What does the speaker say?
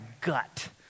gut